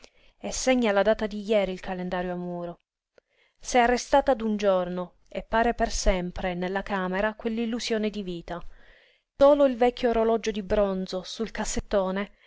e segna la data di jeri il calendario a muro s'è arrestata d'un giorno e pare per sempre nella camera quell'illusione di vita solo il vecchio orologio di bronzo sul cassettone